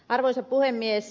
arvoisa puhemies